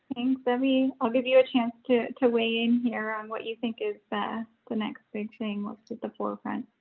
debbie, i'll give you a chance to to weigh in here on what you think is the next big thing what's at the forefront.